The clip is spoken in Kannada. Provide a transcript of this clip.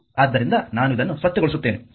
ಆದ್ದರಿಂದ ನಾನು ಇದನ್ನು ಸ್ವಚ್ಛಗೊಳಿಸುತ್ತೇನೆ ಸರಿ